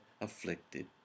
afflicted